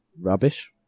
rubbish